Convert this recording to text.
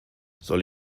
soll